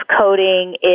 coding